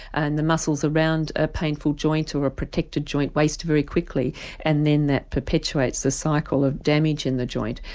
and the muscles around a painful joint or a protected joint waste very quickly and then that perpetuates the cycle of damage in the joint.